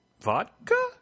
Vodka